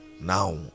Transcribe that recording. now